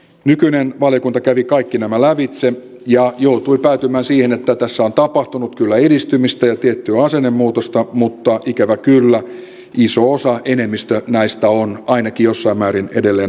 nykyinen valiokunta kävi kaikki nämä lävitse ja joutui päätymään siihen että tässä on tapahtunut kyllä edistymistä ja tiettyä asennemuutosta mutta ikävä kyllä iso osa enemmistö näistä on ainakin jossain määrin edelleen ajankohtaisia